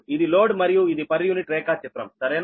ఇది లోడ్ మరియు ఇది పర్ యూనిట్ రేఖాచిత్రం సరేనా